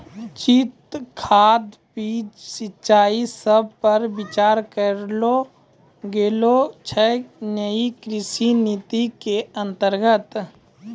उचित खाद, बीज, सिंचाई सब पर विचार करलो गेलो छै नयी कृषि नीति के अन्तर्गत